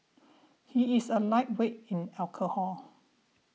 he is a lightweight in alcohol